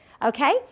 Okay